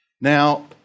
Now